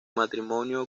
matrimonio